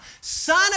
Son